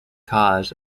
cause